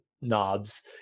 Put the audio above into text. knobs